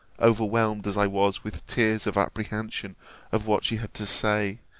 overwhelmed as i was with tears of apprehension of what she had to say,